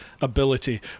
ability